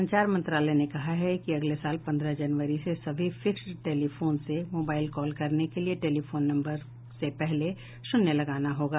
संचार मंत्रालय ने कहा है कि अगले साल पन्द्रह जनवरी से सभी फिक्स्ड टेलीफोन से मोबाइल कॉल करने के लिए टेलीफोन नंबर से पहले शून्य लगाना होगा